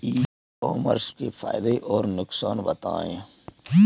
ई commerce के फायदे और नुकसान बताएँ?